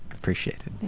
appreciate it.